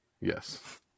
Yes